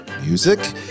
music